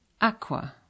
aqua